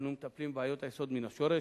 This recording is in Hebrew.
אנו מטפלים בבעיות היסוד מן השורש.